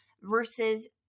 versus